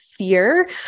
fear